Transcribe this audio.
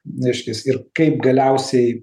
reiškias ir kaip galiausiai